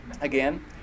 Again